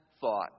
thought